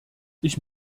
ich